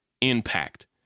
impact